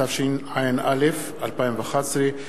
התשע"א 2011,